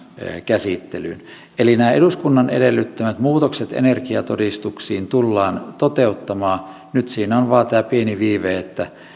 käsittelyyn eli nämä eduskunnan edellyttämät muutokset energiatodistuksiin tullaan toteuttamaan nyt siinä on vain tämä pieni viive että